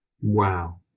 Wow